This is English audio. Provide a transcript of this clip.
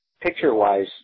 Picture-wise